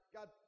God